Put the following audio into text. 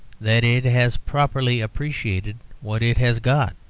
that it has properly appreciated what it has got.